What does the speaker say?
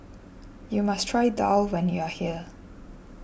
you must try daal when you are here